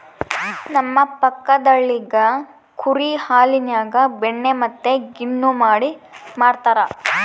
ನಮ್ಮ ಪಕ್ಕದಳ್ಳಿಗ ಕುರಿ ಹಾಲಿನ್ಯಾಗ ಬೆಣ್ಣೆ ಮತ್ತೆ ಗಿಣ್ಣು ಮಾಡಿ ಮಾರ್ತರಾ